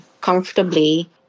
comfortably